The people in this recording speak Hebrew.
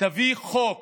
תביא חוק